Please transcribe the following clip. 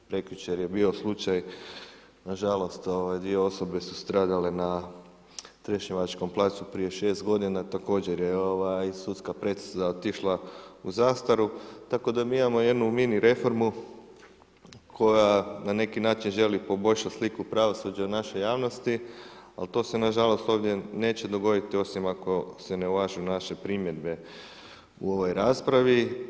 Evo, prekjučer je bio slučaj, nažalost, 2 osobe su stradale na Trešnjevačkom placu prije 6 g. također je sudska presuda otišla u zastaru, tako da mi imamo jednu mini reformu, koja na neki način želi poboljšati sliku pravosuđa u našoj javnosti, a to se nažalost ovdje neće dogoditi, osim ako se ne u važi naše primjedbe u ovoj raspravi.